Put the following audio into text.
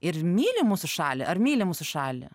ir myli mūsų šalį ar myli mūsų šalį